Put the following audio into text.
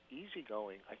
easygoing